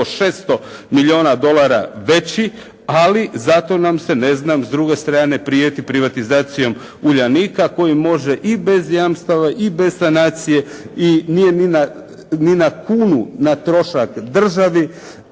600 milijuna dolara veći, ali zato nam se ne znam s druge strane prijeti privatizacijom Uljanika, koji može i bez jamstava i bez sanacije i nije ni na kunu na trošak državi,